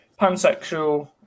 pansexual